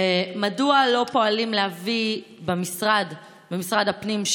מדוע לא פועלים במשרד הפנים,